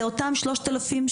זה אותן 3,000,